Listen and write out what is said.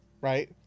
right